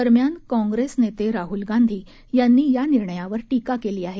दरम्यान काँप्रेस नेते राहूल गांधी यांनी या निर्णयावर टीका केली आहे